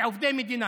ועובדי מדינה.